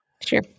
Sure